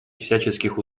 всяческих